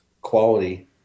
quality